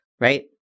Right